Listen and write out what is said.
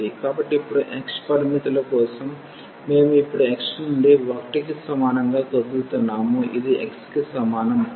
కాబట్టి ఇప్పుడు x పరిమితుల కోసం మేము ఇప్పుడు x నుండి 1 కి సమానంగా కదులుతున్నాము ఇది x కి సమానం